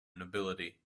nobility